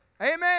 Amen